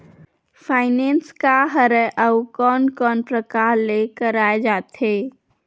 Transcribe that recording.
Finance का हरय आऊ कोन कोन प्रकार ले कराये जाथे?